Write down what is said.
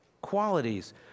qualities